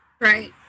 right